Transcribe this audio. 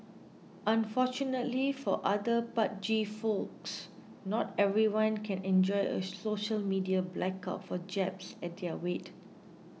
unfortunately for other pudgy folks not everyone can enjoy a social media blackout for jabs at their weight